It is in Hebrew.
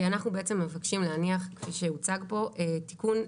אנחנו בעצם מבקשים להניח כפי שהוצג פה תיקון לתקנות,